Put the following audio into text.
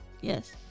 Yes